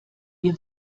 wir